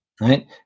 right